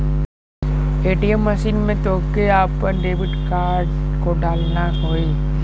ATM machine में तोहके आपन डेबिट कार्ड को डालना होई